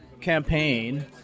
campaign